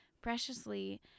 preciously